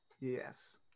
Yes